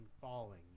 falling